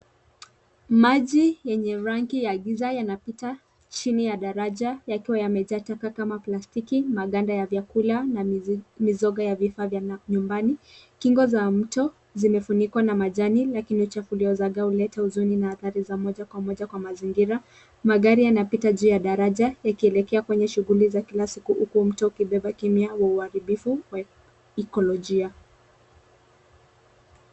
Maji yenye rangi ya giza yanapita chini ya daraja yakiwa yamejaa taka kama plastiki, maganda ya vyakula na mizoga ya vifaa ya nyumbani. Kingo za mto zimefunikwa na majani lakini uchafu uliozagaa huleta huzuni na athari za moja kwa moja kwa mazingira. Magari yanapita juu ya daraja yakielekea kwenye shughuli za kila siku huku mto ukibeba kimya wa uharibifu wa ekolojia.